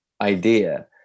idea